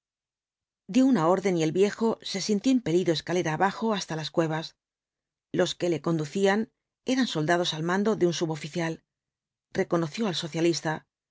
dio una orden y el viejo se sintió impelido escalera abajo hasta las cuevas los que le conducían eran soldados al mando de un suboficial reconoció al socialista